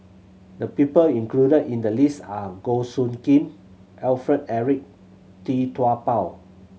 the people included in the list are Goh Soo Khim Alfred Eric Tee Tua Ba